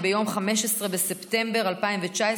ב-15 בספטמבר 2019,